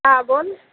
हां बोल